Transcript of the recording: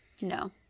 No